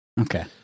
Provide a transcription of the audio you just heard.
okay